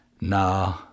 Nah